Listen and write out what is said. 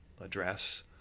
address